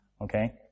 okay